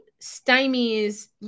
stymies